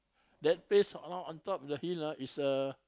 that place now on top the hill ah is a